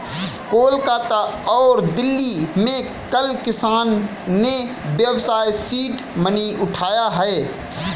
कोलकाता और दिल्ली में कल किसान ने व्यवसाय सीड मनी उठाया है